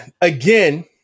again